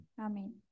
Amen